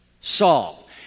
Saul